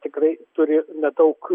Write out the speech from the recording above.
tikrai turi nedaug